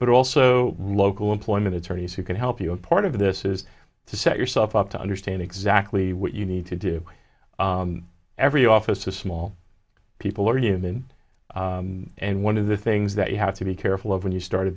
but also local employment attorneys who can help you a part of this is to set yourself up to understand exactly what you need to do every office to small people are human and one of the things that you have to be careful of when you start a